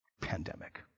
pandemic